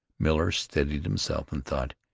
miller steadied himself, and thought,